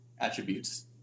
attributes